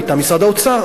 מטעם משרד האוצר,